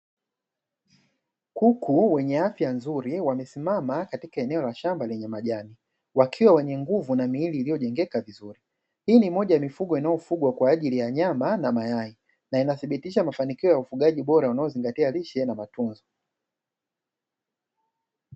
Kuku wenye afya nzuri wamesimama katika eneo la shamba lenye majani, wakiwa wenye nguvu na miili iliyojengeka vizuri. Hii ni moja ya mifugo inayofugwa kwa ajili ya nyama na mayai, na inathibitisha mafanikio ya ufugaji bora unaozingatia lishe na matunzo.